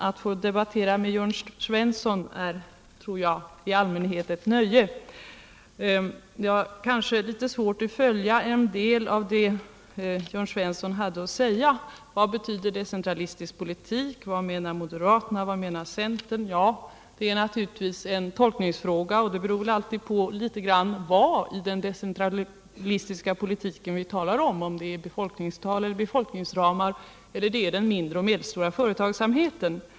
Att få debattera med Jörn Svensson är, tycker jag, i allmänhet ett nöje, men i dag hade jag litet svårt att följa en del av det Jörn Svenssson har att säga. Han frågade: Vad betyder decentralistisk politik? Vad menar moderaterna? Vad menar centern? Det är naturligtvis en tolkningsfråga, och svaret beror också på vad i den decentralistiska politiken det är vi talar om — befolkningstal eller befolkningsramar eller den mindre och medelstora företagsamheten.